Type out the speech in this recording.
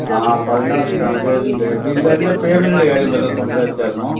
ആ പതിനാറ് കണ്ടെയ്നറിൻ്റെ ബില്ല് അതിൻ്റെ പെയ്മെൻറ്റിൻ്റെ കാര്യം വല്ലതും സംസാരിച്ചായിരുന്നോ